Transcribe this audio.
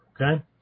okay